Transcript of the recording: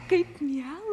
kaip miela